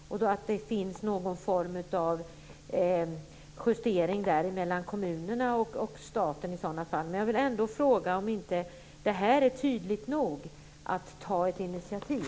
Kanske finns det en form av justering mellan kommunerna och staten i sådana fall. Jag undrar om det här ändå inte är tydligt nog för att ta ett initiativ.